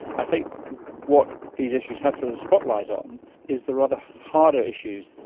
i think what these issues have thrown a spotlight on is the rather harder issues.